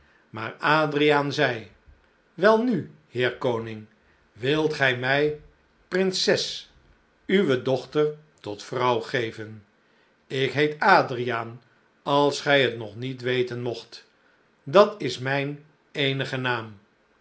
maar adriaan zei welnu heer koning wilt gij mij prinses uwe dochter tot vrouw geven ik heet adriaan als gij t nog niet weten mogt dat is mijn eenige naam